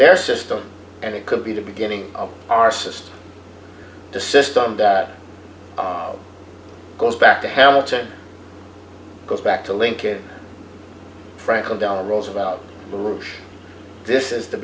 their system and it could be the beginning of our system the system that goes back to how to go back to lincoln franklin delano roosevelt room this is the